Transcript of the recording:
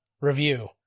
review